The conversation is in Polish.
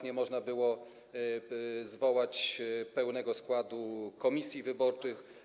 Nie można było zwołać pełnego składu komisji wyborczych.